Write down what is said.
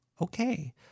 Okay